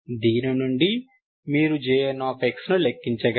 దీని నుండి మీరు Jn ను లెక్కించగలరు